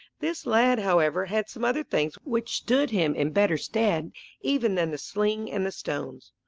this lad, however, had some other things which stood him in better stead even than the sling and the stones.